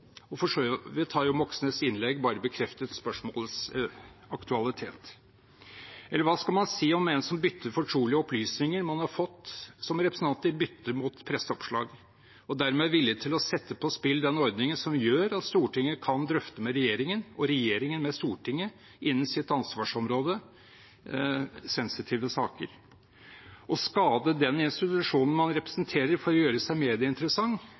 Moxnes’ innlegg bare bekreftet spørsmålets aktualitet. Hva skal man si om en som bytter fortrolige opplysninger man har fått som representant, mot presseoppslag, og dermed er villig til å sette på spill den ordningen som gjør at Stortinget kan drøfte med regjeringen, og regjeringen med Stortinget, innen sitt ansvarsområde, sensitive saker? Å skade den institusjonen man representerer for å gjøre seg